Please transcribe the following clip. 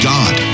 God